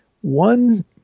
One